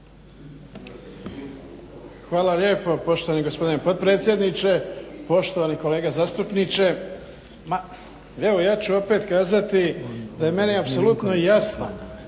Hvala lijepo poštovani gospodine potpredsjedniče. Poštovani kolega zastupniče. Evo ja ću opet kazati da je meni apsolutno jasno